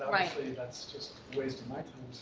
obviously, that's just wasting my time.